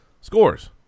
Scores